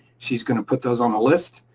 she's gonna put those on the list,